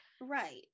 Right